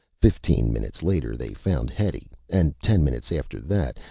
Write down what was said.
fifteen minutes later they found hetty and ten minutes after that,